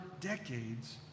decades